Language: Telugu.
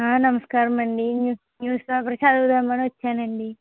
నమస్కారమండి న్యూస్ న్యూస్ పేపర్ చదువుదామని వచ్చానండి